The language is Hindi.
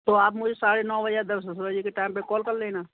तो आप मुझे साढ़े नौ बजे या दस दस बजे के टाइम पर कॉल कल लेना